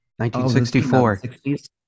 1964